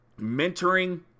mentoring